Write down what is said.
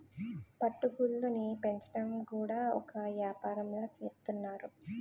పట్టు గూళ్ళుని పెంచడం కూడా ఒక ఏపారంలా సేత్తన్నారు